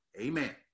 Amen